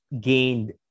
gained